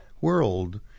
world